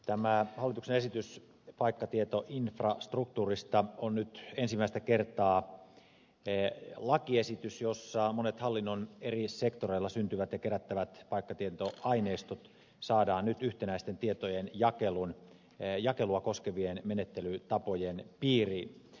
tämä hallituksen esitys paikkatietoinfrastruktuurista on nyt ensimmäistä kertaa lakiesitys jossa monet hallinnon eri sektoreilla syntyvät ja kerättävät paikkatietoaineistot saadaan yhtenäisten tietojen jakelua koskevien menettelytapojen piiriin